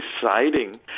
deciding